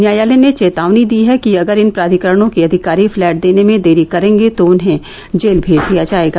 न्यायालय ने चेतावनी दी है कि अगर इन प्राधिकरणों के अधिकारी फ्लैट देने में देरी करेंगे तो उन्हें जेल भेज दिया जाएगा